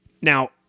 Now